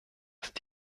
ist